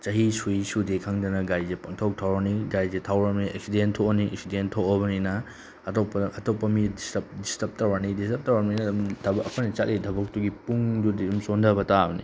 ꯆꯍꯤ ꯁꯨꯏ ꯁꯨꯗꯦ ꯈꯪꯗꯅ ꯒꯥꯔꯤꯁꯦ ꯄꯪꯊꯧ ꯊꯧꯔꯅꯤ ꯒꯥꯔꯤꯁꯦ ꯊꯧꯔꯕꯅꯤꯅ ꯑꯦꯛꯁꯤꯗꯦꯟ ꯊꯣꯛꯑꯅꯤ ꯑꯦꯛꯁꯤꯗꯦꯟ ꯊꯣꯛꯑꯕꯅꯤꯅ ꯑꯇꯣꯞꯄꯗ ꯑꯇꯣꯞꯄ ꯃꯤ ꯗꯤꯁꯇꯔꯞ ꯗꯤꯁꯇꯔꯞ ꯇꯧꯔꯅꯤ ꯗꯤꯁꯇꯔꯞ ꯇꯧꯔꯕꯅꯤꯅ ꯑꯗꯨꯝ ꯊꯕꯛ ꯑꯩꯈꯣꯏꯅ ꯆꯠꯂꯤ ꯊꯕꯛꯇꯨꯒꯤ ꯄꯨꯡꯗꯨꯗꯤ ꯑꯗꯨꯝ ꯆꯣꯟꯊꯕ ꯇꯥꯕꯅꯤ